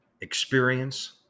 experience